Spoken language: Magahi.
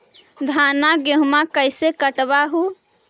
धाना, गेहुमा कैसे कटबा हू?